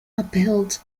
upheld